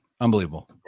unbelievable